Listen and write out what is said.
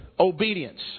Obedience